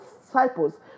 disciples